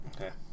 Okay